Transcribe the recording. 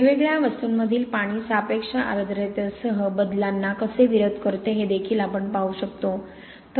वेगवेगळ्या वस्तूमधील पाणी सापेक्ष आर्द्रतेसह बदलांना कसे विरोध करते हे देखील आपण पाहू शकतो